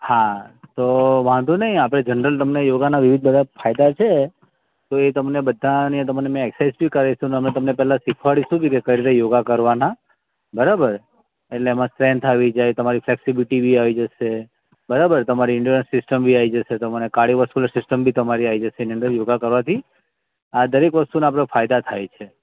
હા તો વાંધો નહીં આપણે જનરલ તમને યોગાના વિવિધ બધા ફાયદા છે તો એ તમને બધા ની તમને એક્સાઇજ બી કરાવીશું અને અમે તમને પહેલાં શીખવાડીશું બી કે કઈ રીતે યોગા કરવાના બરાબર એટલે એમાં સ્ટ્રેન્થ આવી જાય તમારી ફ્લેક્સિબલિટી બી આવી જશે બરાબર તમારી ઇન્ટોનલ સિસ્ટમ બી આવી જશે તમારે કાર્ડિયોવાસ્ક્યુલર સિસ્ટમ બી તમારી આવી જશે એની અંદર યોગા કરવાથી આ દરેક વસ્તુના આપણે ફાયદા થાય છે